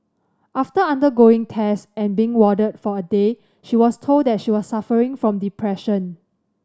after undergoing tests and being warded for a day she was told that she was suffering from depression